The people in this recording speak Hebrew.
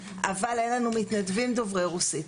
אבל אין לנו מתנדבים דוברי רוסית.